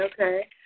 okay